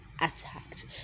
attacked